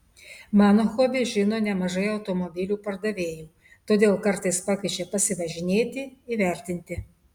mano hobį žino nemažai automobilių pardavėjų todėl kartais pakviečia pasivažinėti įvertinti